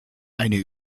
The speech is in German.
eine